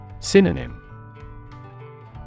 Synonym